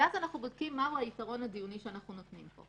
אנחנו בודקים מה היתרון הדיוני שאנחנו נותנים.